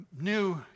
new